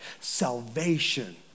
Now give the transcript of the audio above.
Salvation